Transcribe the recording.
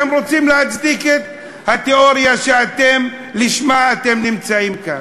אתם רוצים להצדיק את התיאוריה שלשמה אתם נמצאים כאן.